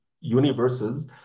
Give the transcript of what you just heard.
universes